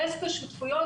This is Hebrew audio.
דסק השותפויות,